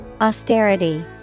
Austerity